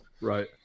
Right